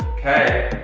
okay,